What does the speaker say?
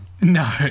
No